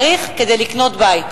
צריך כדי לקנות בית.